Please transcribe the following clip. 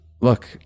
Look